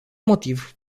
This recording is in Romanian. motiv